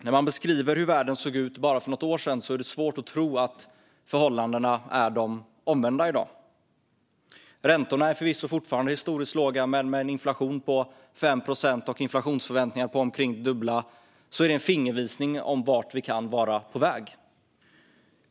När man beskriver hur världen såg ut för bara något år sedan är det svårt att tro att förhållandena är de omvända i dag. Räntorna är förvisso fortfarande historiskt låga, men med en inflation på 5 procent och inflationsförväntningar på omkring det dubbla ser vi en fingervisning om vart vi kan vara på väg.